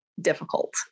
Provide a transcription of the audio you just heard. difficult